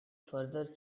further